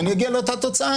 ואני אגיע לאותה תוצאה,